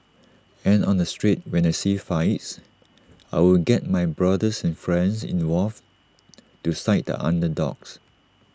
and on the street when I see fights I would get my brothers and friends involved to side the underdogs